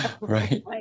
Right